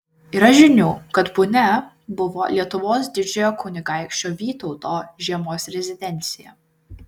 yra žinių kad punia buvo lietuvos didžiojo kunigaikščio vytauto žiemos rezidencija